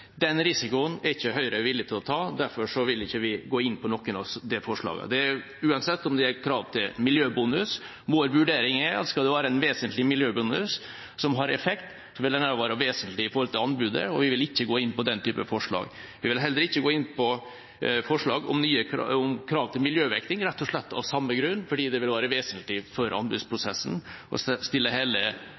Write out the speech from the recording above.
Den risikoen er ikke Høyre villig til å ta, og derfor vil ikke vi gå inn på noen av de forslagene, uansett om det er krav til miljøbonus. Vår vurdering er at skal det være en vesentlig miljøbonus som har effekt, vil den også være vesentlig for anbudet, og vi vil ikke gå inn på den type forslag. Vi vil heller ikke gå inn på forslag om krav til miljøvekting, rett og slett av samme grunn – fordi det vil være vesentlig for anbudsprosessen og sette hele